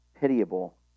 pitiable